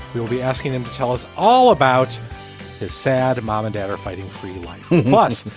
will be asking him to tell us all about his sad mom and dad are fighting for your life plus,